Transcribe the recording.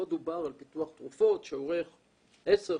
פה דובר על פיתוח תרופות שאורך עשר,